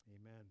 Amen